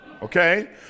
Okay